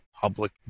public